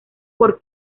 por